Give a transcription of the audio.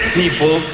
people